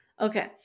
Okay